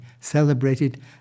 celebrated